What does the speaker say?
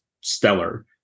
stellar